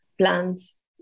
plants